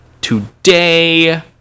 today